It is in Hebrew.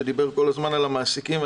שדיבר כל הזמן על המעסיקים.